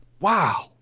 Wow